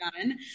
done